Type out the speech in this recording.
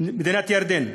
של מדינת ירדן,